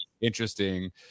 interesting